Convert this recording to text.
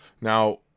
Now